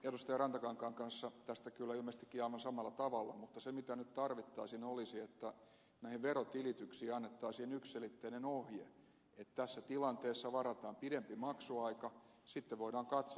rantakankaan kanssa tästä kyllä ilmeisesti aivan samalla tavalla mutta se mitä nyt tarvittaisiin olisi että näihin verotilityksiin annettaisiin yksiselitteinen ohje että tässä tilanteessa varataan pidempi maksuaika sitten voidaan katsoa